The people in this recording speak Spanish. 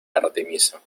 artemisa